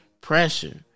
pressure